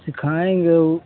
सीखाएँगे उ